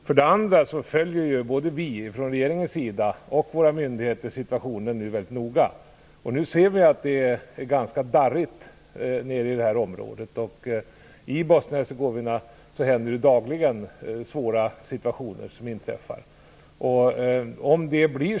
För det andra följer både vi från regeringens sida och våra myndigheter situationen väldigt noga. Vi ser nu att det är ganska darrigt nere i det här området. I Bosnien-Hercegovina inträffar det dagligen svåra händelser.